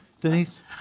Denise